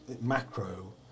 macro